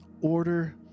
order